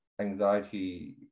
Anxiety